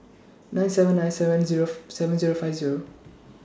nine seven nine seven Zero seven Zero five Zero